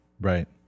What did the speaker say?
Right